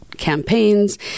campaigns